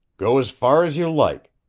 go as far as you like!